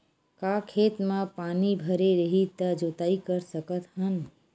का खेत म पानी भरे रही त जोताई कर सकत हन?